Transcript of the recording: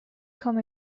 komme